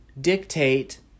dictate